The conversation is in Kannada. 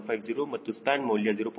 150 ಮತ್ತು ಸ್ಪ್ಯಾನ್ ಮೌಲ್ಯ 0